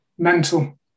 mental